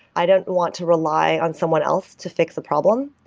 i don't want to rely on someone else to fix the problem.